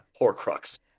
Horcrux